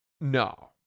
No